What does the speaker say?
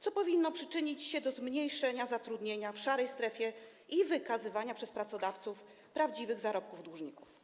co powinno przyczynić się do zmniejszenia zatrudnienia w szarej strefie i wykazywania przez pracodawców prawdziwych zarobków dłużników.